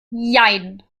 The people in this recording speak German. jein